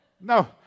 No